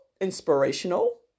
inspirational